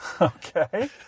Okay